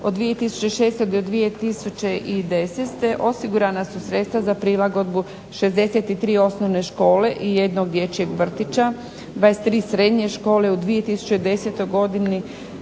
od 2006. do 2010. osigurana su sredstva za prilagodbu 63 osnovne škole i jednog dječjeg vrtića, 23 srednje škole. U 2010. godini